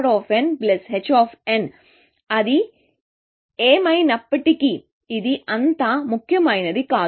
ఏది ఏమైనప్పటికీ ఇది అంత ముఖ్యమైనది కాదు